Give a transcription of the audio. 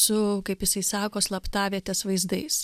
su kaip jisai sako slaptavietės vaizdais